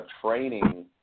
training